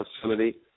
facility